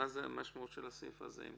מה המשמעות של הסעיף הזה אם ככה?